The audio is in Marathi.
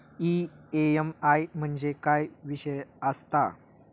ई.एम.आय म्हणजे काय विषय आसता?